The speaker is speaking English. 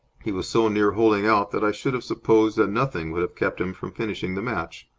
he was so near holing out that i should have supposed that nothing would have kept him from finishing the match.